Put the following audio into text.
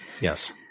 Yes